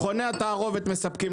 מכוני התערובת מספקים